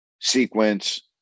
sequence